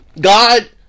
God